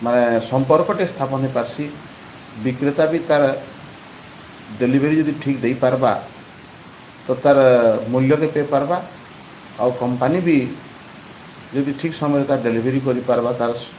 ମାନେ ସମ୍ପର୍କଟେ ସ୍ଥାପନ ହେଇ ପାରସି ବିକ୍ରେତା ବି ତାର ଡେଲିଭରି ଯଦି ଠିକ ଦେଇ ପାର୍ବା ତ ତା'ର ମୂଲ୍ୟ ବି ପେଇ ପାର୍ବା ଆଉ କମ୍ପାନୀ ବି ଯଦି ଠିକ୍ ସମୟରେ ତାର ଡେଲିଭରି କରିପାରବା ତା'ର ସ